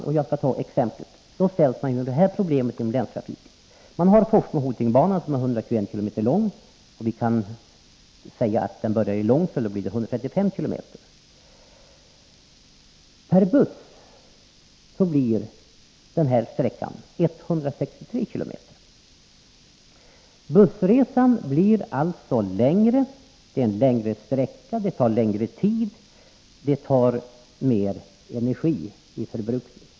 Därför ställs huvudmännen för länstrafiken inför ett svårt val t.ex. beträffande Forsmo-Hoting-banan, som är 121 km lång — om vi säger att den börjar i Långsele är den 135 km. Med buss är sträckan 163 km lång. Bussresan blir alltså längre — sträckan är längre. Det tar mer tid att åka den och det kräver större energiförbrukning.